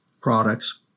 products